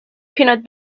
peanut